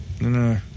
No